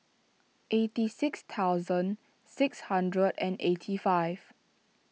eighty six thousand six hundred and eighty five